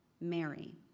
Mary